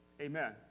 Amen